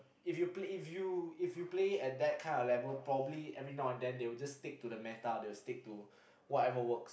if you play if you if you play at that kind of level probably every now and then they will just stick to the meta they will stick to whatever work